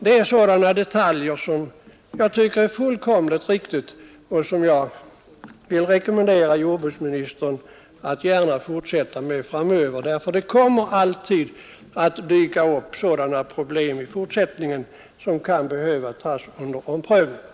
Det är sådana detaljer som jag tycker det är fullkomligt riktigt att utreda, och jag rekommenderar alltså jordbruksministern att fortsätta med det framöver. Det kommer alltid att dyka upp sådana problem som kan behöva omprövas.